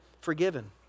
forgiven